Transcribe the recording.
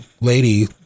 lady